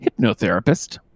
hypnotherapist